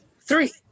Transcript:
Three